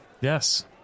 Yes